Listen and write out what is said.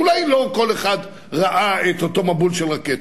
אולי לא כל אחד ראה את אותו מבול של רקטות.